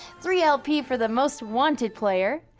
three lp for the most wanted player,